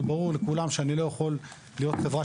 אבל ברור לכולם שאני לא יכול להיות חברת